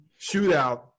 shootout